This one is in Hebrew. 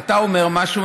אתה אומר משהו,